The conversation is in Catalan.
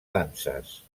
danses